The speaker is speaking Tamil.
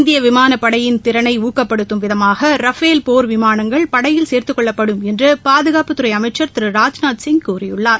இந்திய விமானப்படையின் திறளை ஊக்கப்படுத்தும் விதமாக ரஃபேல் போர் விமானங்கள் படையில் சேர்த்துக் கொள்ளப்படும் என்று பாதுகாப்புத்துறை அமைக்கள் திரு ராஜ்நாத்சிங் கூறியுள்ளார்